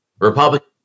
Republican